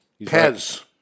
Pez